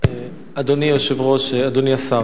אדוני היושב-ראש, אדוני השר,